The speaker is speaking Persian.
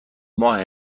ماه